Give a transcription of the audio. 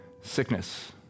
sickness